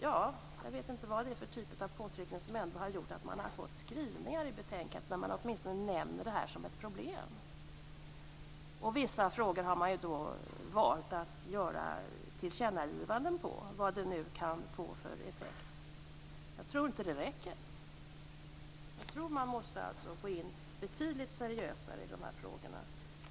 Jag vet inte vad det är för påtryckningar som har gjort att man ändå har gjort skrivningar i betänkandet, där man åtminstone nämner detta som ett problem. I vissa frågor har man valt att göra tillkännagivanden, vad det nu kan få för effekt. Jag tror inte att det räcker. Jag tror att man måste gå in betydligt seriösare i de här frågorna.